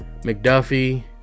McDuffie